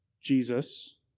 Jesus